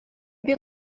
бик